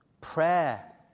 prayer